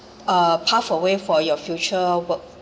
uh path a way for your future work